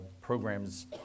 programs